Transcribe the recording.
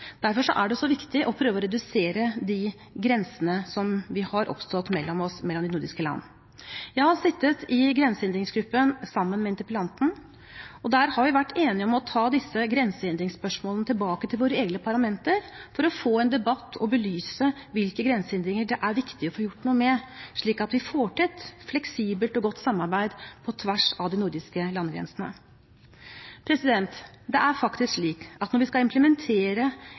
Derfor er det så viktig å prøve å redusere de grensene som har oppstått mellom oss, mellom de nordiske land. Jeg har sittet i Grensehindergruppen sammen med interpellanten, og der har vi vært enige om å ta disse grensehindringsspørsmålene tilbake til våre egne parlamenter for å få en debatt og belyse hvilke grensehindringer det er viktig å få gjort noe med, slik at vi får til et fleksibelt og godt samarbeid på tvers av de nordiske landegrensene. Det er faktisk slik at når vi skal implementere